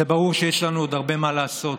זה ברור שיש לנו עוד הרבה מה לעשות.